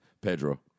Pedro